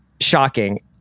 shocking